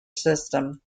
system